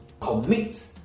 commit